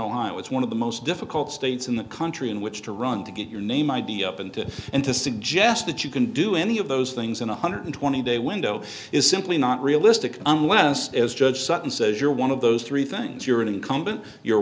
ohio it's one of the most difficult states in the country in which to run to get your name i d up and to and to suggest that you can do any of those things in one hundred twenty day window is simply not realistic unless as judge sutton says you're one of those three things you're an incumbent you're